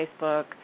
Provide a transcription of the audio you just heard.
Facebook